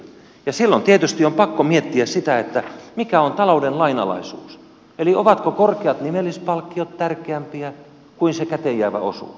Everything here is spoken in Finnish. ja silloin tietysti on pakko miettiä sitä mikä on talouden lainalaisuus eli ovatko korkeat nimellispalkkiot tärkeämpiä kuin se käteen jäävä osuus